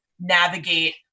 navigate